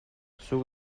zuk